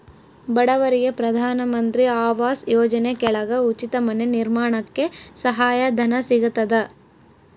ಬಡವರಿಗೆ ಪ್ರಧಾನ ಮಂತ್ರಿ ಆವಾಸ್ ಯೋಜನೆ ಕೆಳಗ ಉಚಿತ ಮನೆ ನಿರ್ಮಾಣಕ್ಕೆ ಸಹಾಯ ಧನ ಸಿಗತದ